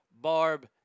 Barb